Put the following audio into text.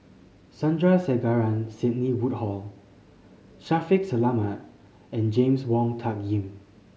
Sandrasegaran Sidney Woodhull Shaffiq Selamat and James Wong Tuck Yim